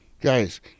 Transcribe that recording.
Guys